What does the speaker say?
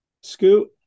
Scoot